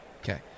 Okay